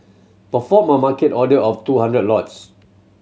perform a market order of two hundred lots